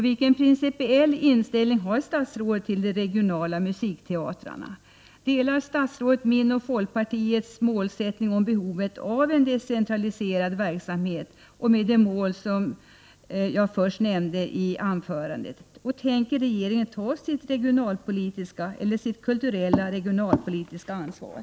Vilken principiell inställning har statsrådet till de regionala musikteatrarna? Delar statsrådet mitt och folkpartiets mål om behovet av en decentraliserad verksamhet och det mål som jag först nämnde i mitt anförande? Tänker regeringen ta sitt kulturella regionalpolitiska ansvar?